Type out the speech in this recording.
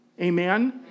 amen